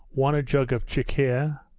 one a jug of chikhir,